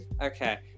Okay